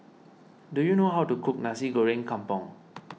do you know how to cook Nasi Goreng Kampung